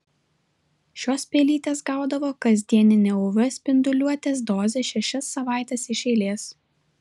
šios pelytės gaudavo kasdieninę uv spinduliuotės dozę šešias savaites iš eilės